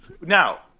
Now